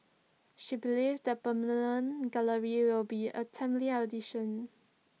she believes the permanent gallery will be A timely addition